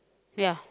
ya